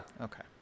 Okay